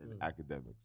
Academics